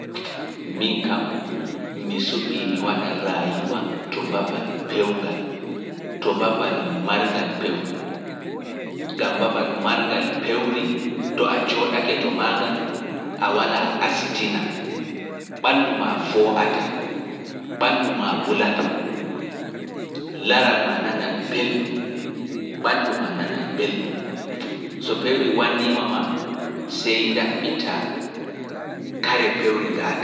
Min kam, mi suɓii mi waɗa rayuwa to babal pewngal, to babal marngal pewri, gam babal marngal pewri to a jooɗake to maa ngal, a walaa asitina, ɓanndu ma foo'ata, ɓanndu ma wulata, laral ma nanay belɗum, ɓanndu maa nana belɗum. So pewri wannima maa, sey ndaɓɓita kare pewri gaata.